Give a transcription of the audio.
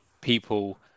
people